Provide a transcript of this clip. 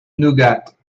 nougat